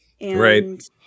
Right